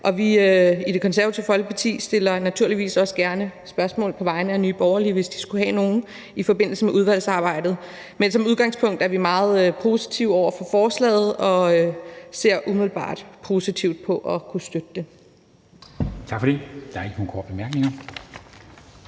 I Det Konservative Folkeparti stiller vi naturligvis også gerne spørgsmål på vegne af Nye Borgerlige, hvis de skulle have nogle, i forbindelse med udvalgsarbejdet. Men som udgangspunkt er vi meget positive over for forslaget og ser umiddelbart positivt på at kunne støtte det.